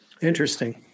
Interesting